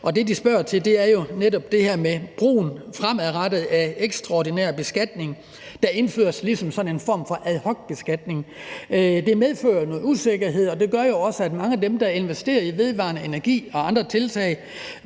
Det, de spørger til, er jo netop det her med den fremadrettede brug af ekstraordinær beskatning, der indføres ligesom sådan en form for ad hoc-beskatning. Det medfører jo noget usikkerhed, og det gør også, at mange af de virksomheder, der investerer i vedvarende energi og andre tiltag,